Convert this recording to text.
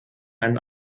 einen